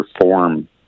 form